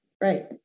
Right